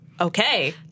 Okay